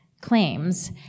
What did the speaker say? claims